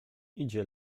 idzie